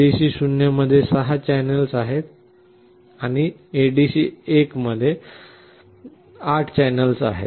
ADC 0 मध्ये 6 channel आहेत आणि ADC 1 मध्ये 8 चॅनेल आहेत